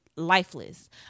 lifeless